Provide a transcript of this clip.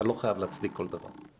אתה לא חייב להצדיק כל דבר.